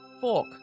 fork